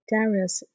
Darius